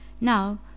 Now